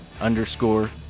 underscore